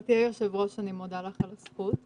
גברתי היושבת ראש, אני מודה לך על הזכות.